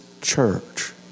church